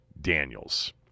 Daniels